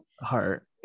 heart